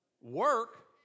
Work